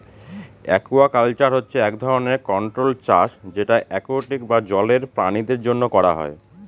aquaculture হচ্ছে এক ধরনের কন্ট্রোল্ড চাষ যেটা একুয়াটিক বা জলের প্রাণীদের জন্য করা হয়